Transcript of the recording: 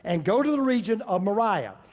and go to the region of moriah,